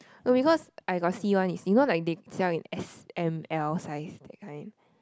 no because I got see one is you know like they sell it like S M L size that kind